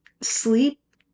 sleep